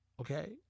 okay